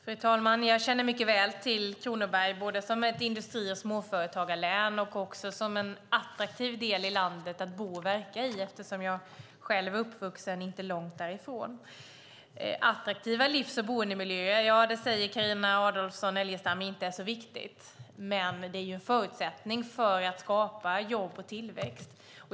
Fru talman! Jag känner mycket väl till Kronoberg, eftersom jag själv är uppvuxen inte långt därifrån. Jag känner det både som ett industri och småföretagarlän och som en attraktiv del av landet att bo och verka i. Carina Adolfsson Elgestam säger att det inte är så viktigt med attraktiva livs och boendemiljöer. Men det är en förutsättning för att skapa jobb och tillväxt.